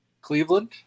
Cleveland